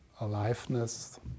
aliveness